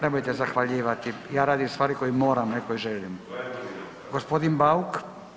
Nemojte zahvaljivati, ja radim stvari koje moram, ne koje želim. g. Bauk.